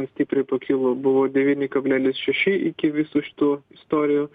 stipriai pakilo buvo devyni kablelis šeši iki visų šitų istorijų